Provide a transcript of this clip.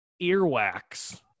Earwax